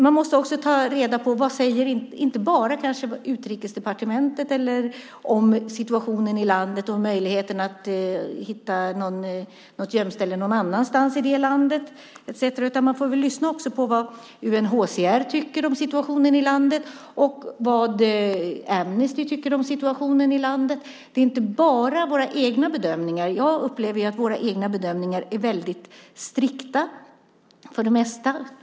Man måste inte bara ta reda på vad Utrikesdepartementet säger om situationen i landet och om möjligheten att hitta ett gömställe någon annanstans i det landet, utan man får väl också lyssna på vad UNHCR och Amnesty tycker om situationen i landet. Det handlar inte bara om våra egna bedömningar. Jag upplever att våra egna bedömningar för det mesta är väldigt strikta.